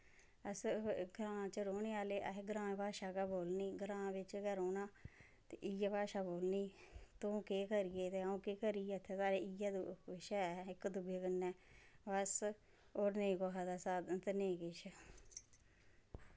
अस ग्रांऽ च रौह्ने आह्ले असें ग्रांऽ भाशा गै बोलनी ग्रांऽ बिच्च गै रौह्ना ते इ'यै भाशा बोलनी तूं केह् करी गेआ ते अ'ऊं केह् करी गेआ ते इत्थै इ'यै कुछ ऐ इक दूए कन्नै बस होर नेईं कुसै दा साधन ते नेईं किश